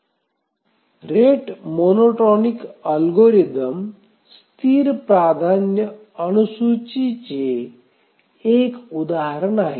rate monotonic algorithm स्थिर प्राधान्य अनुसूचीचे एक उदाहरण आहे